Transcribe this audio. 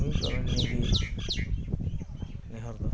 ᱱᱤᱭᱟᱹᱜᱮ ᱱᱮᱦᱚᱨᱫᱚ